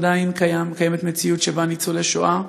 עדיין קיימת מציאות שבה ניצולי השואה,